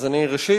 אז ראשית,